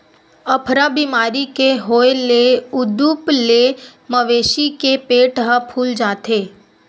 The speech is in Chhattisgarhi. अफरा बेमारी के होए ले उदूप ले मवेशी के पेट ह फूल जाथे